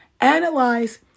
analyze